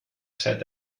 set